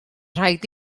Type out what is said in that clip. rhaid